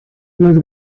los